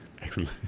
Excellent